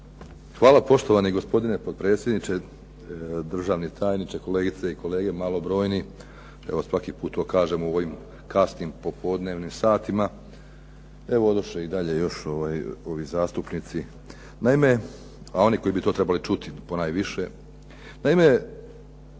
Hvala poštovani gospodine potpredsjedniče, državni tajniče, kolegice i kolege malobrojni. Evo svaki put to kažem u ovim kasnim popodnevnim satima, evo odoše i dalje još ovi zastupnici, a oni koji bi to trebali čuti ponajviše.